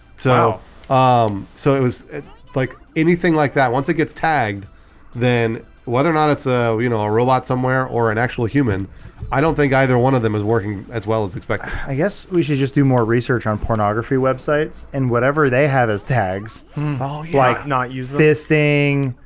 so um so it was like anything like that once it gets tagged then whether or not it's a you know a robot somewhere or an actual human i don't think either one of them is working as well as expect i guess we should just do more research on pornography websites, and whatever they have as tags ah like not use this thing